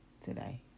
today